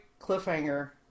cliffhanger